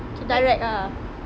direct ah